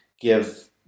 give